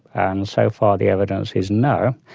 and so far the evidence is no.